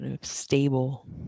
stable